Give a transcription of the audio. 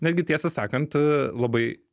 netgi tiesą sakant labai